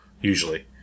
usually